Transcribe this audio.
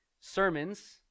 sermons